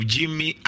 Jimmy